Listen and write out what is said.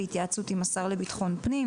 בהתייעצות עם השר לבטחון פנים,